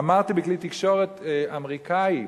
אמרתי בכלי תקשורת אמריקני: